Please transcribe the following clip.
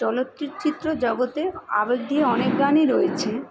চলচ্চিত্র জগতে আবেগ দিয়ে অনেক গানই রয়েছে